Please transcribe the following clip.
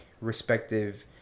respective